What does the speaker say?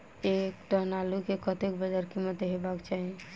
एक टन आलु केँ कतेक बजार कीमत हेबाक चाहि?